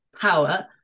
power